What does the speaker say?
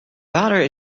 vader